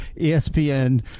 ESPN